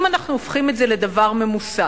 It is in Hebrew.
אם אנחנו הופכים את זה לדבר ממוסד,